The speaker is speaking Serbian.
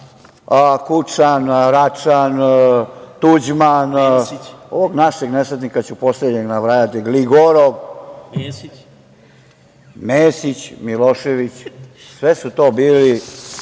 Kučan, Račan, Tuđman, ovog našeg nesrećnika ću poslednjeg nabrajati, Gligorov, Mesić, Milošević. Sve su to bili